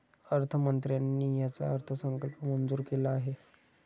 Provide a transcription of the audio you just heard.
अर्थमंत्र्यांनी याचा अर्थसंकल्प मंजूर केला आहे